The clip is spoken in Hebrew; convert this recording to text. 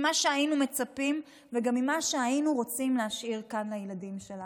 ומצפים וגם ממה שהיינו רוצים להשאיר כאן לילדים שלנו.